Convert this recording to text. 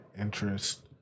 Interest